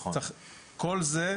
כל זה,